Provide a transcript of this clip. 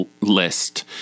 list